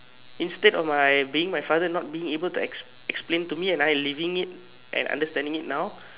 instead of my being my father not being able to explain to me and I living it and understanding it now